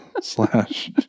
slash